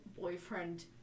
boyfriend